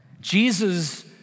Jesus